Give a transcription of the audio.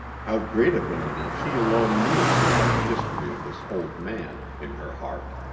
how great a villainy she alone knew who had the history of this old man in her heart.